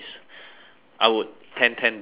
I would ten ten do it again